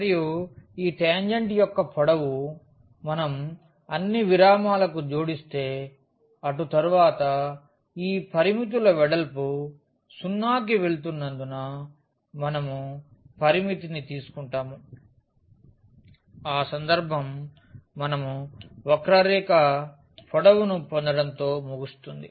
మరియు ఈ టాంజెంట్ యొక్క పొడవు మనము అన్ని విరామాలకు జోడిస్తే అటు తరువాత ఈ పరిమితుల వెడల్పు 0 కి వెళుతున్నందున మనము పరిమితిని తీసుకుంటాము ఆ సందర్భం మనము వక్రరేఖ పొడవును పొందడంతో ముగుస్తుంది